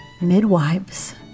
midwives